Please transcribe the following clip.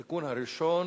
התיקון הראשון